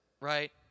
right